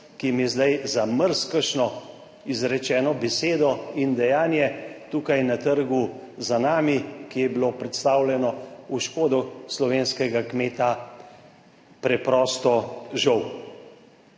ki jim je zdaj za marsikakšno izrečeno besedo in dejanje tukaj na trgu za nami, ki je bilo predstavljeno, v škodo slovenskega kmeta, preprosto žal.